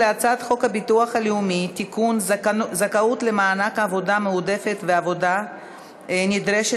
חוק לתיקון פקודת הבטיחות בעבודה (הגדרת אדם כשיר),